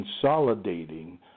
consolidating